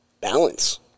balance